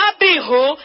Abihu